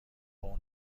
پوند